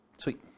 Sweet